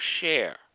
share